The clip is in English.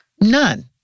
None